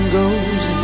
goes